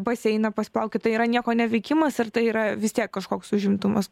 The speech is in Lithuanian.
baseiną paplaukioti tai yra nieko neveikimas ir tai yra vis tiek kažkoks užimtumas